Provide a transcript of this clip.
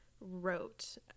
wrote